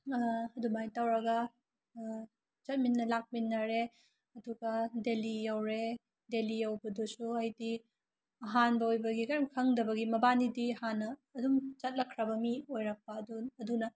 ꯑꯗꯨꯃꯥꯏ ꯇꯧꯔꯒ ꯆꯠꯃꯤꯅ ꯂꯥꯛꯃꯤꯟꯅꯔꯦ ꯑꯗꯨꯒ ꯗꯤꯂꯤ ꯌꯧꯔꯦ ꯗꯤꯂꯤ ꯌꯧꯕꯗꯨꯁꯨ ꯑꯩꯗꯤ ꯑꯍꯥꯟꯕ ꯑꯣꯏꯕꯒꯤ ꯀꯔꯤꯝ ꯈꯪꯗꯕꯒꯤ ꯃꯕꯥꯅꯤꯗꯤ ꯍꯥꯟꯅ ꯑꯗꯨꯝ ꯆꯠꯂꯛꯈ꯭ꯔꯕ ꯃꯤ ꯑꯣꯏꯔꯛꯄ ꯑꯗꯨ ꯑꯗꯨꯅ